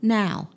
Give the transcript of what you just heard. now